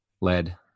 Lead